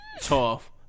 Tough